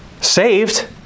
Saved